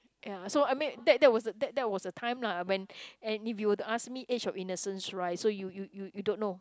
ya so I mean that that was that that was the time lah when and if you were to ask me age or innocence right so you you you don't know